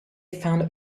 found